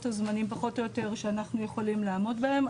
הזמנים פחות או יותר שאנחנו יכולים לעמוד בהם,